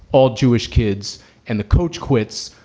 all jewish kids and the coach quits.